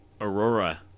Aurora